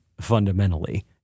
fundamentally